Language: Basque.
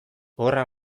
horra